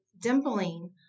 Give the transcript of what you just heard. dimpling